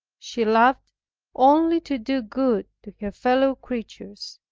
she loved only to do good to her fellow-creatures,